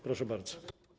Proszę bardzo.